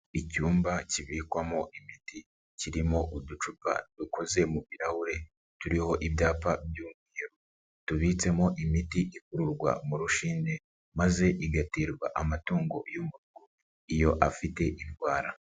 Icyumba kibikwamo imiti kirimo uducupa dukoze mu birahure turiho ibyapa by'umweru. Tubitsemo imiti ikururwa mu rushini maze igaterwa amatungo iyo afite indwara.